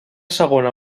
segona